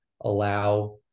allow